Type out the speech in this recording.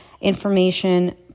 information